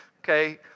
okay